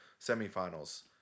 semifinals